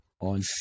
on